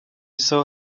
saw